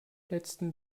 letzten